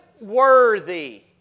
worthy